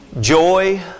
joy